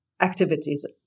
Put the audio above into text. activities